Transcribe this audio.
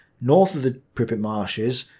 north of the pripet marshes.